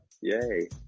Yay